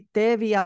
teve